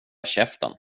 käften